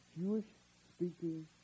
Jewish-speaking